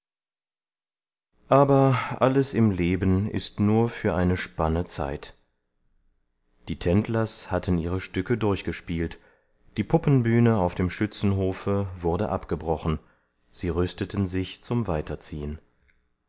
aber alles im leben ist nur für eine spanne zeit die tendlers hatten ihre stücke durchgespielt die puppenbühne auf dem schützenhofe wurde abgebrochen sie rüsteten sich zum weiterziehen